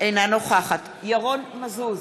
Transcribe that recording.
אינה נוכחת ירון מזוז,